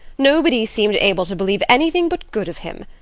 nobody seemed able to believe anything but good of him.